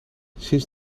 sinds